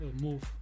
move